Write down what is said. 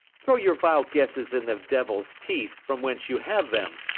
throw your vile guesses in the devil's teeth, from whence you have them.